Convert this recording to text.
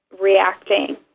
reacting